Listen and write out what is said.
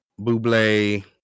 Buble